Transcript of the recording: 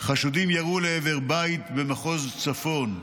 חשודים ירו לעבר בית במחוז צפון.